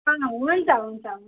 अँ हुन्छ हुन्छ हुन्छ